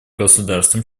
государствам